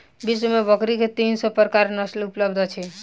विश्व में बकरी के तीन सौ प्रकारक नस्ल उपलब्ध अछि